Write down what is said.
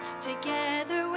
together